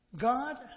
God